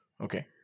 Okay